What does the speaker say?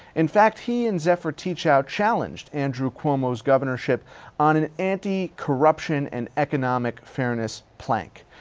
in fact, he and zephyr teachout challenged andrew cuomo's governorship on an anti-corruption and economic fairness plank.